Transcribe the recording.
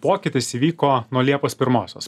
pokytis įvyko nuo liepos pirmosios